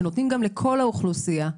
שנותנים גם לכל האוכלוסייה,